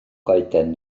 goeden